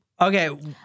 Okay